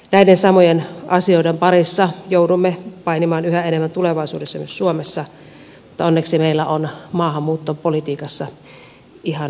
näiden samojen asioiden parissa joudumme painimaan yhä enemmän tulevaisuudessa myös suomessa mutta onneksi meillä on maahanmuuttopolitiikassa ihan hyvä tilanne